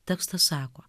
tekstas sako